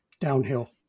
downhill